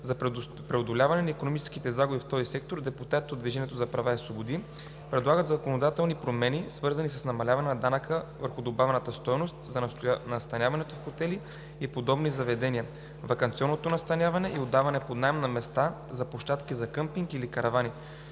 За преодоляване на икономическите загуби в този сектор депутатите от „Движението за права и свободи“ предлагат законодателни промени, свързани с намаляване на данъка върху добавената стойност за настаняването в хотели и подобни заведения, ваканционното настаняване и отдаване под наем на места за площадки за къмпинг или каравани.